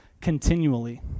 continually